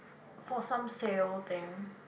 for some sale thing